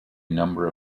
number